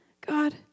God